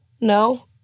No